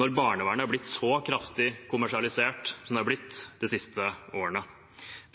når barnevernet er blitt så kraftig kommersialisert som det har blitt de siste årene.